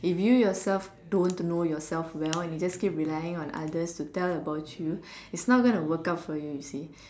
if you yourself don't know yourself well and you just keep relying on others to tell about you it's not going to work out for you you see